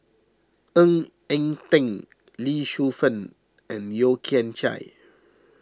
Ng Eng Teng Lee Shu Fen and Yeo Kian Chye